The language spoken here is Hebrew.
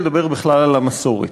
לדבר בכלל על המסורת.